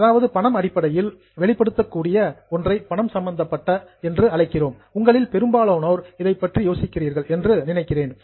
அதாவது பணம் அடிப்படையில் எக்ஸ்பிரஸ்டு வெளிப்படுத்தக்கூடிய ஒன்றை பணம் சம்பந்தப்பட்ட என்று அழைக்கிறோம் உங்களில் பெரும்பாலானோர் இதைப் பற்றி யோசிக்கிறார்கள் என்று நினைக்கிறேன்